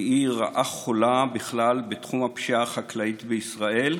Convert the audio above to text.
כי היא רעה חולה בכלל בתחום הפשיעה החקלאית בישראל,